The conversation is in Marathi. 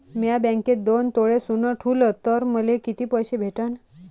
म्या बँकेत दोन तोळे सोनं ठुलं तर मले किती पैसे भेटन